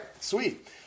sweet